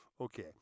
Okay